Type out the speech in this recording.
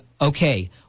okay